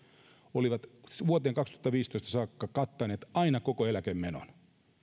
olivat vuoteen kaksituhattaviisitoista saakka kattaneet aina koko eläkemenon